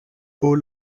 hall